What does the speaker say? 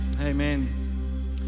amen